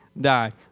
die